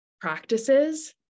practices